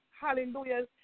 hallelujah